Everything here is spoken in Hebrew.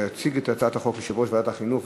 יציג את הצעת החוק יושב-ראש ועדת החינוך,